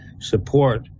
support